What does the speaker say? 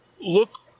look